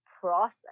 process